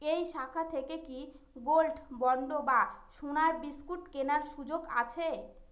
এই শাখা থেকে কি গোল্ডবন্ড বা সোনার বিসকুট কেনার সুযোগ আছে?